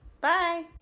Bye